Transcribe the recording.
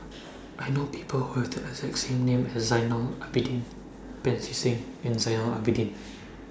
I know People Who Have The exact name as Zainal Abidin Pancy Seng and Zainal Abidin